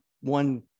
one